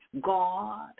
God